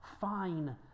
fine